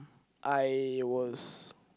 I was